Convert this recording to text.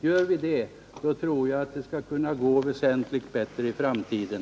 Gör vi det tror jag att det skall gå väsentligt bättre i framtiden.